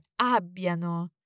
Abbiano